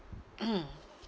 mm